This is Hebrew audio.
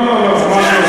לא לא לא, ממש לא.